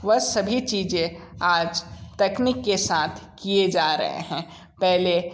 वह सभी चीज़ें आज तकनीक के साथ किए जा रहे हैं पहले